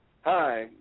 Hi